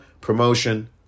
promotion